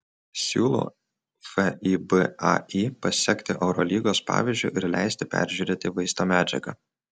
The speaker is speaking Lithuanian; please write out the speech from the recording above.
siūlau fibai pasekti eurolygos pavyzdžiu ir leisti peržiūrėti vaizdo medžiagą